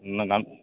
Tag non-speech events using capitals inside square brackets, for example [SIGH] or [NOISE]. [UNINTELLIGIBLE]